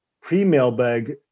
pre-mailbag